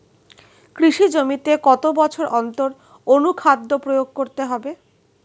কৃষি জমিতে কত বছর অন্তর অনুখাদ্য প্রয়োগ করতে হবে?